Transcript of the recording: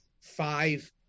five